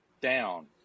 down